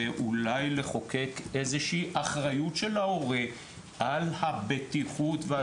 ואולי לחוקק איזו שהיא אחריות של ההורה על הבטיחות ועל